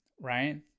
right